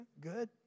Good